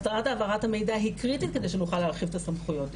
אסדרת העברת המידע היא קריטית כדי שנוכל להרחיב את הסמכויות.